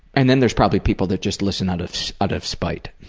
and then there's probably people that just listen out of so out of spite.